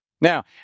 Now